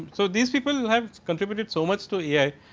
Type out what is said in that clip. so these people who have contributed so much to ai